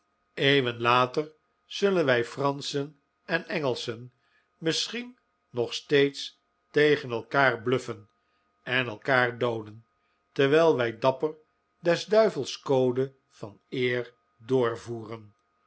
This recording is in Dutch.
eeuwen later zullen wij franschen en engelschen misschien nog steeds tegen elkaar bluffen en elkaar dooden terwijl wij dapper des duivels code van eer